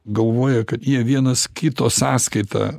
galvoja kad jie vienas kito sąskaita